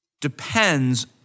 depends